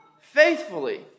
faithfully